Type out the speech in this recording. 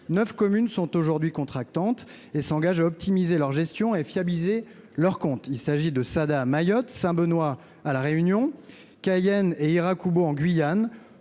Neuf communes contractantes se sont engagées à optimiser leur gestion et à fiabiliser leurs comptes : il s'agit de Sada à Mayotte, Saint-Benoît à La Réunion, Cayenne et Iracoubo en Guyane,